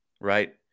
right